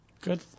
Good